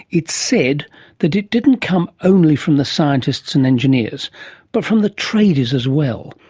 it's said that it didn't come only from the scientists and engineers but from the tradies as well.